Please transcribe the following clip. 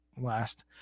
last